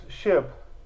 ship